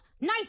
nice